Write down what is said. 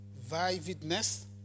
vividness